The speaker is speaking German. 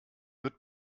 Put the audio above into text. wird